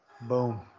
Boom